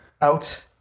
Out